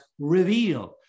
revealed